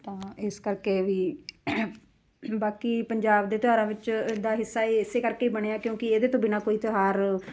ਤਾਂ ਇਸ ਕਰਕੇ ਵੀ ਬਾਕੀ ਪੰਜਾਬ ਦੇ ਤਿਉਹਾਰਾਂ ਵਿੱਚ ਇਹਦਾ ਹਿੱਸਾ ਇਸੇ ਕਰਕੇ ਬਣਿਆ ਕਿਉਂਕਿ ਇਹਦੇ ਤੋਂ ਬਿਨਾਂ ਕੋਈ ਤਿਉਹਾਰ